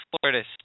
Florida